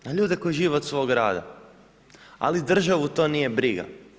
Na ljude koji žive od svog rada, ali državu to nije briga.